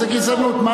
מה הגזענות?